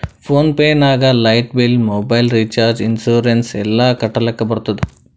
phone pay ನಾಗ್ light bill, mobile recharge, insurance ಎಲ್ಲಾ ಕಟ್ಟಲಕ್ ಬರ್ತುದ್